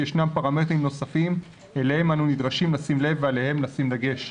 ישנם פרמטרים נוספים אליהם אנו נדרשים לשים לב ועליהם לשים דגש: